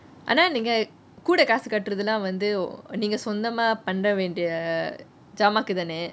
ஆனா நீங்க கூட காசு கட்டுறதுலாம் வந்து நீங்க சொந்தமா பண்ணவேண்டிய ஜாமாக்குத்தானே:aana neenge koode kaasu katuredukelam vanthu neenge sonthama pannevendiye jaamaakuthaane